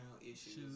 issues